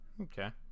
Okay